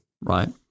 Right